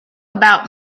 about